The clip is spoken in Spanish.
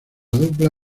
dupla